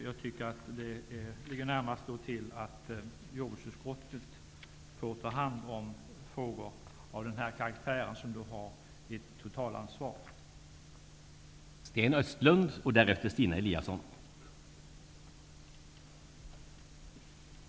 Jag tycker att jordbruksutskottet ligger närmast till att ta hand om frågor av denna karaktär, eftersom detta utskott har ett totalansvar för miljöfrågorna.